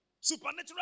supernatural